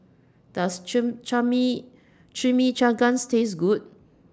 Does Chimichangas Taste Good